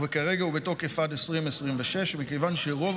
וכרגע הוא בתוקף עד 2026. לא שומעים טוב,